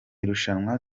irushanwa